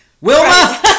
Wilma